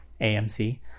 amc